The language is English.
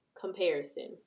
comparison